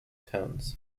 toes